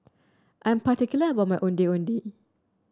I'm particular about my Ondeh Ondeh